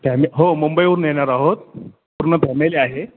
फॅमी हो मुंबईवरून येणार आहोत पूर्ण फॅमिली आहे